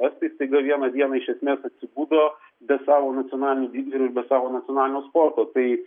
vos tik staiga vieną dieną iš esmės atsibudo be savo nacionalinių didvyrių ir be savo nacionalinio sporto tai